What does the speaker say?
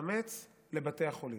חמץ לבתי החולים,